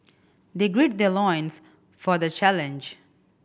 they gird their loins for the challenge